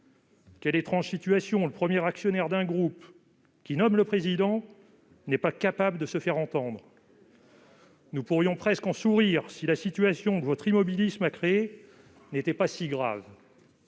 Quelle étrange situation : le premier actionnaire d'un groupe, qui en nomme le président, n'est pas capable de se faire entendre ... Nous pourrions presque en sourire, si la situation que votre immobilisme a créée n'était pas si grave